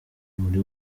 muri